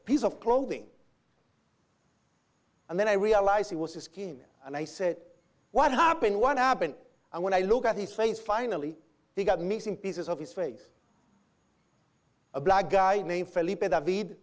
piece of clothing and then i realized it was his skin and i said what happened what happened and when i look at his face finally he got missing pieces of his face a black guy named philippe that lead